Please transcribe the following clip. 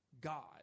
God